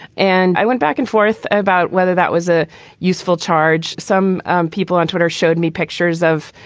and i went back and forth about whether that was a useful charge. some people on twitter showed me pictures of,